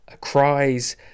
cries